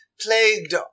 plagued